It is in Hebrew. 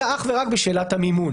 אלא אך ורק בשאלת המימון.